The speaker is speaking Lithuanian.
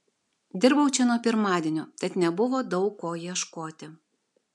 dirbau čia nuo pirmadienio tad nebuvo daug ko ieškoti